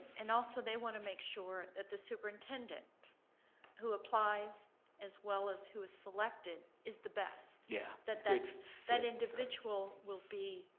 and also they want to make sure that the superintendent who applies as well as who is selected is the best, yeah that that individual will be